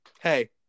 hey